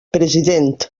president